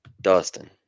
Dustin